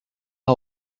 eta